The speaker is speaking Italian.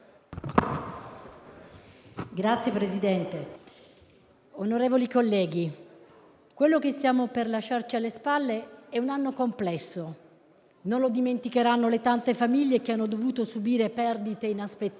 Signor Presidente, onorevoli colleghi, quello che stiamo per lasciarci alle spalle è un anno complesso, che non dimenticheranno le tante famiglie che hanno dovuto subire perdite inaspettate,